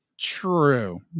true